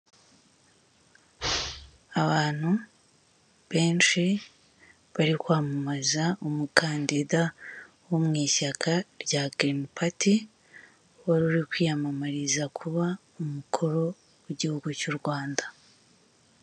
Abantu benshi bari kwamamaza umukandida wo mu ishyaka rya girini pati (green party) wari uri kwiyamamariza kuba umukuru w'igihugu cy'u Rwanda.